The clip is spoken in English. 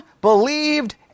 believed